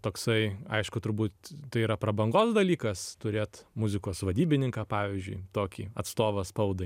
toksai aišku turbūt tai yra prabangos dalykas turėt muzikos vadybininką pavyzdžiui tokį atstovą spaudai